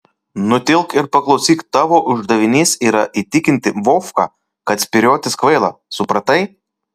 nutilk ir paklausyk tavo uždavinys yra įtikinti vovką kad spyriotis kvaila supratai